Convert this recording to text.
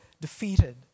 defeated